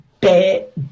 bad